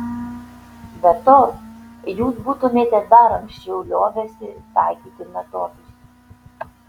be to jūs būtumėte dar anksčiau liovęsi taikyti metodus